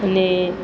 અને